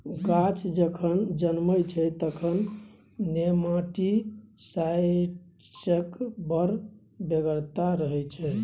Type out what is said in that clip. गाछ जखन जनमय छै तखन नेमाटीसाइड्सक बड़ बेगरता रहय छै